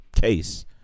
case